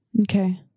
Okay